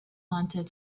wanted